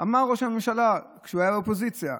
אמר ראש הממשלה כשהיה באופוזיציה: